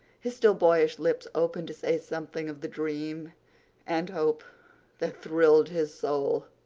his still boyish lips opened to say something of the dream and hope that thrilled his soul.